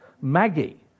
Maggie